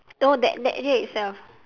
oh that that area itself